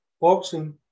boxing